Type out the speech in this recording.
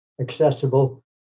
accessible